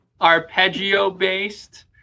arpeggio-based